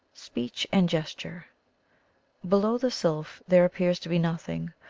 speech and gestuee. a below the sylph there ajopears to be nothing,